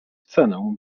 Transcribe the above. cenę